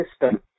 system